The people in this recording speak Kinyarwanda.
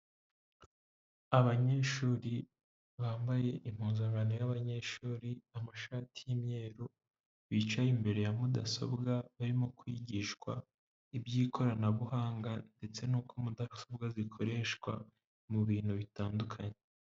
Abanyeshuri bambaye impuzankano y'abanyeshuri, amashati y'imyeru, bicaye imbere ya mudasobwa, barimo kwigishwa iby'ikoranabuhanga ndetse n'uko mudasobwa zikoreshwa mu bintu bitandukanye.